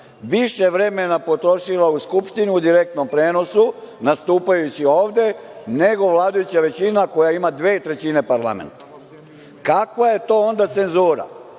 više vremena potrošila u Skupštini u direktnom prenosu nastupajući ovde, nego vladajuća većina koja ima 2/3 parlamenta. Kakva je to onda cenzura?